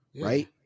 Right